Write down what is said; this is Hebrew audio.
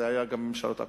זה היה גם בממשלות הקודמות.